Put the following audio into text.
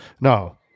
No